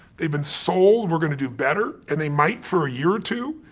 they've been sold, we're gonna do better, and they might for a year or two,